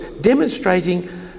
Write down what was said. demonstrating